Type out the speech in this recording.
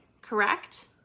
Correct